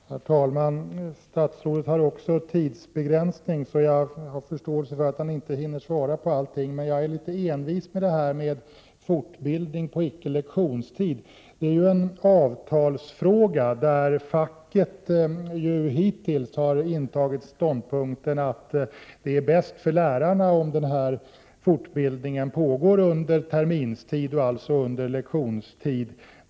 Herr talman! Statsrådet har också begränsning av taletiden, och jag har förståelse för att han inte hinner svara på alla frågor. Men jag är litet envis med frågan om fortbildning på icke lektionstid. Det är ju en avtalsfråga där facket hittills har intagit ståndpunkten att det är bäst för lärarna om denna fortbildning pågår under terminstid och alltså under lektionstid.